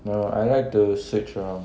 well I like to switch around